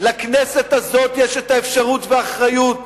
לכנסת הזאת יש האפשרות והאחריות